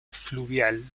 fluvial